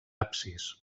absis